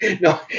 No